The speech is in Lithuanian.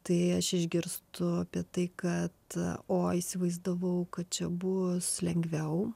tai aš išgirstu apie tai kad o įsivaizdavau kad čia bus lengviau